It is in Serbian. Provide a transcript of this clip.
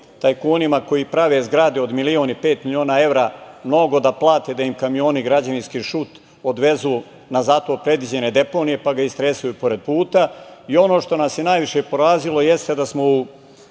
tajkunima koji prave zgrade od milion i pet miliona evra mnogo da plate da im kamioni građevinski šut odvezu na za to predviđene deponije, pa ga istresaju pored puta. Ono što nas je najviše porazilo, jeste da smo u